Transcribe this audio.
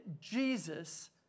Jesus